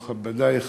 מכובדי,